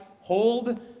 hold